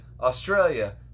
Australia